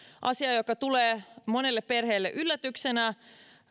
asia joka tulee monelle perheelle yllätyksenä